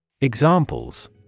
Examples